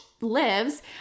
lives